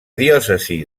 diòcesi